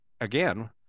again